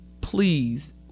please